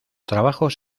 trabajos